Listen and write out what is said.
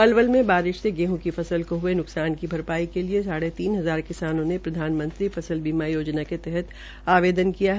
पलवल में बारिश से गेहूं की फसल को हये नुकसान की भरपाई के लिये साढ़े तीन हजार किसानों ने प्रधानमंत्री फस्ल बीमा योजना के तहत आवदेन किया है